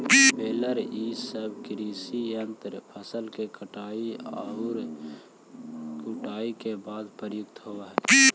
baler इ सब कृषि यन्त्र फसल के कटाई औउर कुटाई के बाद प्रयुक्त होवऽ हई